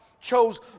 chose